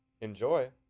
Enjoy